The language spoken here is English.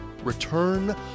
Return